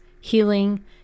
healing